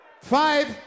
Five